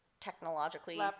technologically